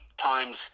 times